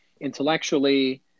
intellectually